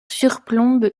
surplombe